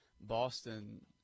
Boston